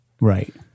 Right